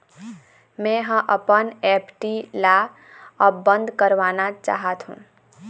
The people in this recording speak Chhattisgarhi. मै ह अपन एफ.डी ला अब बंद करवाना चाहथों